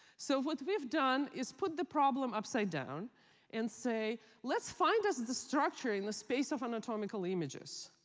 so what we've done is put the problem upside down and say, let's find us the structure in the space of anatomical images.